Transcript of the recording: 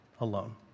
alone